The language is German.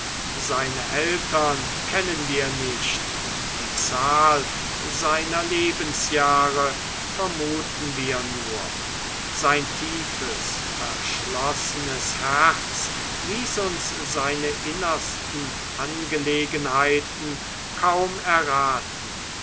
seine eltern kennen wir nicht und die zahl seiner lebensjahre vermuten wir nur sein tiefes verschlossenes herz ließ uns seine innersten angelegenheiten kaum erraten